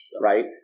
right